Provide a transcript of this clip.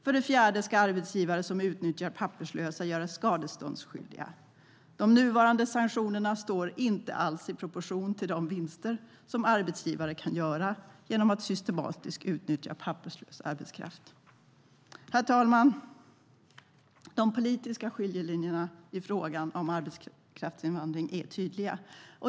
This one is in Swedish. För det fjärde ska arbetsgivare som utnyttjar papperslösa göras skadeståndsskyldiga. De nuvarande sanktionerna står inte alls i proportion till de vinster som arbetsgivare kan göra genom att systematiskt utnyttja papperslös arbetskraft. Herr talman! De politiska skiljelinjerna i frågan om arbetskraftsinvandring är tydliga.